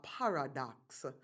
paradox